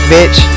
Bitch